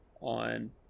on